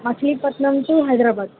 Machilipatnam to Hyderabad